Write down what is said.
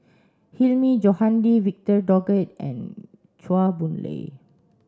Hilmi Johandi Victor Doggett and Chua Boon Lay